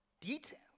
detail